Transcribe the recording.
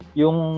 yung